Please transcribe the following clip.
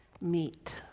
meet